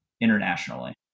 internationally